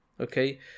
okay